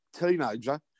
teenager